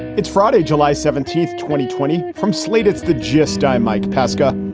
it's friday, july seventeenth. twenty twenty from slate's the gist. i'm mike pesca.